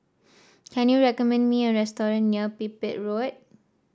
can you recommend me a restaurant near Pipit Road